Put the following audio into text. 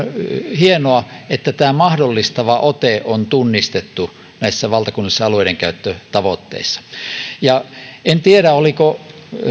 hienoa että tämä mahdollistava ote on tunnistettu näissä valtakunnallisissa alueidenkäyttötavoitteissa en tiedä oliko